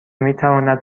میتواند